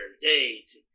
date